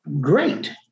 Great